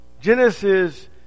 Genesis